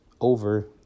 over